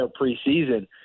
preseason